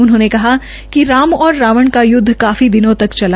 उन्होंने कहा कि राम और रावण का युद्ध काफी दिनों तक चला